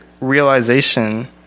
realization